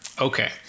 Okay